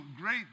great